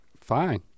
Fine